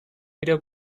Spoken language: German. wieder